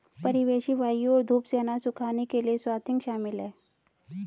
परिवेशी वायु और धूप से अनाज सुखाने के लिए स्वाथिंग शामिल है